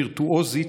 וירטואוזית,